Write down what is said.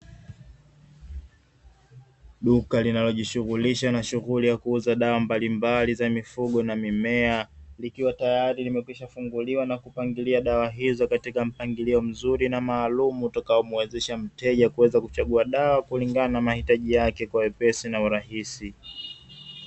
Duka linalojishughulisha na shughuli ya kuuza dawa mbalimbali za mifugo na mimea, likiwa tayari limekwisha funguliwa na kupangilia dawa hizo katika mpangilio mzuri na maalumu, utakao muwezesha mteja kuweza kuchagua dawa kulingana na uhitaji wake kwa wepesi na urahisi.